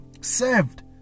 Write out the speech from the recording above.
served